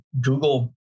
Google